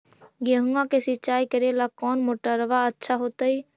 गेहुआ के सिंचाई करेला कौन मोटरबा अच्छा होतई?